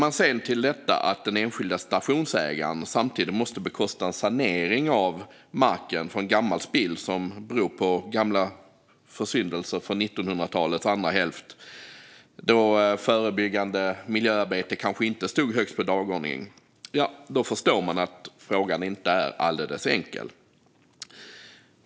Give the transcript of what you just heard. Men lägger man till att den enskilde stationsägaren samtidigt måste bekosta en sanering av marken från gammalt spill - som beror på gamla försyndelser från 1900-talets andra hälft, då förebyggande miljöarbete kanske inte stod högst på dagordningen - förstår man att frågan inte är alldeles enkel.